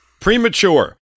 Premature